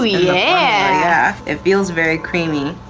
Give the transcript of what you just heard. ah yeah, it feels very creamy.